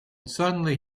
suddenly